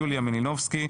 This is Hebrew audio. יוליה מלינובסקי.